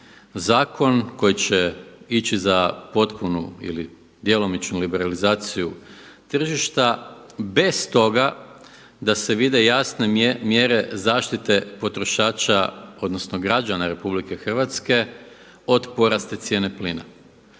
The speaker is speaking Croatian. zakon koji će ići za potpunu ili djelomičnu liberalizaciju tržišta bez toga da se vide jasne mjere zaštite potrošača, odnosno građana RH od porasta cijene plina.